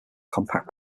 compact